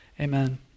Amen